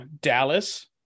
Dallas